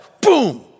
Boom